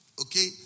okay